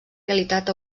realitat